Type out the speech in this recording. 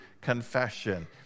confession